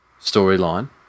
storyline